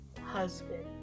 husband